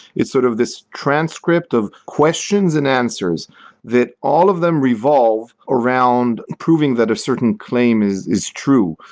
it's sort of this transcript of questions and answers that all of them revolve around proving that a certain claim is is true.